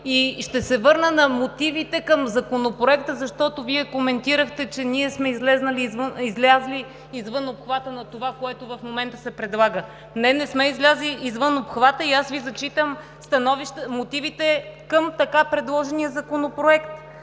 ще се върна на мотивите към Законопроекта, защото Вие коментирахте, че сме излезли извън обхвата на това, което в момента се предлага. Не, не сме излезли извън обхвата и аз Ви зачитам мотивите към така предложения законопроект: